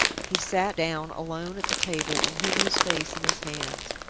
he sat down alone at the table, and hid his face in his hands.